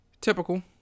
Typical